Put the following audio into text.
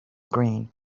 greene